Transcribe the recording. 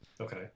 Okay